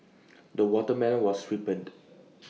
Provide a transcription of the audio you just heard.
the watermelon was ripened